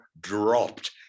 dropped